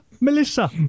Melissa